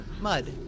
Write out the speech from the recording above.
mud